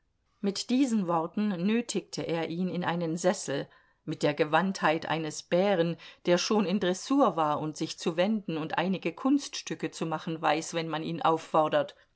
mit diesen worten nötigte er ihn in einen sessel mit der gewandtheit eines bären der schon in dressur war und sich zu wenden und einige kunststücke zu machen weiß wenn man ihn auffordert